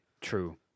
true